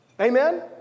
Amen